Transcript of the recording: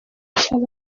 cyaba